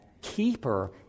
keeper